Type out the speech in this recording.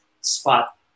spot